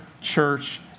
church